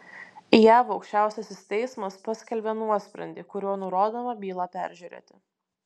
jav aukščiausiasis teismas paskelbė nuosprendį kuriuo nurodoma bylą peržiūrėti